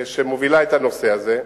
שמובילה את הנושא הזה.